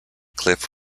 cliff